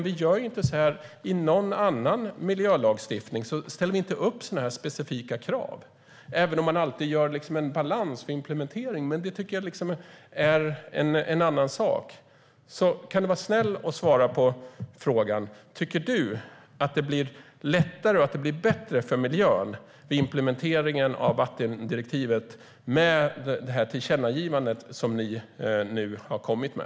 Vi gör inte så här i någon annan miljölagstiftning, Emma Nohrén. Vi ställer inte upp sådana här specifika krav, även om man alltid gör en balans för implementering. Men det tycker jag är en annan sak. Kan du vara snäll och svara på frågan: Tycker du att det blir lättare och bättre för miljön vid implementeringen av vattendirektivet med det tillkännagivande som ni nu har kommit med?